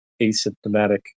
asymptomatic